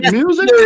music